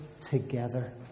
together